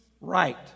right